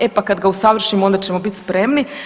E pa kad ga usavršimo onda ćemo biti spremni.